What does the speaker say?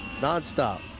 Nonstop